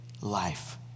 life